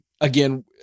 again